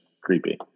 creepy